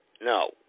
No